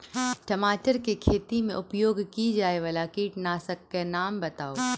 टमाटर केँ खेती मे उपयोग की जायवला कीटनासक कऽ नाम बताऊ?